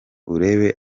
urebe